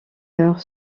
heure